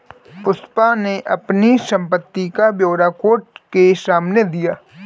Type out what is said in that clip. पुष्पा ने अपनी संपत्ति का ब्यौरा कोर्ट के सामने दिया